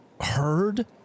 heard